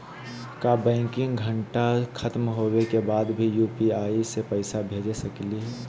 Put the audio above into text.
का बैंकिंग घंटा खत्म होवे के बाद भी यू.पी.आई से पैसा भेज सकली हे?